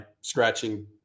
scratching